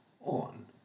on